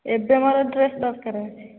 ଏବେ ମୋର ଡ୍ରେସ୍ ଦରକାର